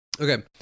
Okay